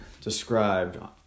described